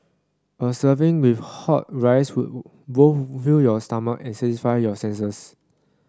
a serving with hot rice would both fill your stomach and satisfy your senses